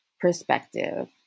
perspective